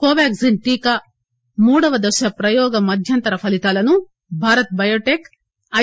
కోవాగ్షిన్ టీకా మూడవ దశ ప్రయోగ మధ్యంతర ఫలితాలను భారత్ బయోటెక్ ఐ